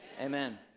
amen